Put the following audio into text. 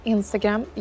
Instagram